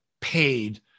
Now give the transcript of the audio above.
paid